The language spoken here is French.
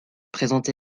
présenté